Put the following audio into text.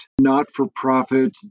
not-for-profit